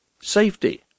safety